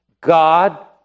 God